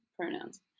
pronouns